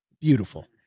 Beautiful